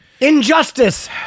Injustice